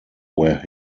where